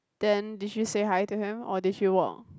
then did you say hi to him or did you warm